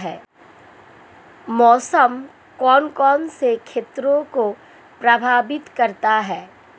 मौसम कौन कौन से क्षेत्रों को प्रभावित करता है?